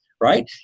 right